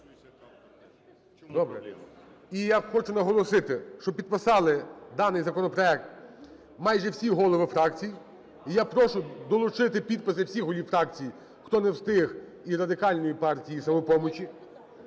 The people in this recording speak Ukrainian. голосу. І я хочу наголосити, що підписали даний законопроект майже всі голови фракцій. І я прошу долучити підписи всіх голів фракцій, хто не встиг із Радикальної партії і "Самопомочі",